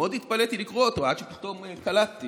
שמאוד התפלאתי לקרוא אותו עד שפתאום קלטתי,